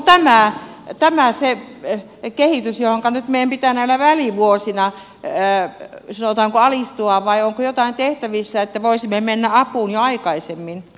onko tämä se kehitys johonka meidän pitää näinä välivuosina sanotaanko alistua vai onko jotain tehtävissä niin että voisimme mennä apuun jo aikaisemmin